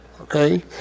okay